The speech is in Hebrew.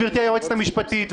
גברתי היועצת המשפטית,